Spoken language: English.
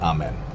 Amen